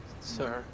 sir